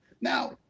Now